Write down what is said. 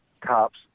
cops